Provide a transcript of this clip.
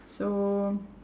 so